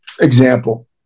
example